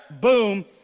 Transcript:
Boom